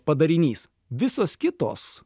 padarinys visos kitos